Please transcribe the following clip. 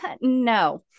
no